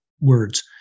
words